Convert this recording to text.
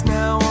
now